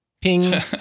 Ping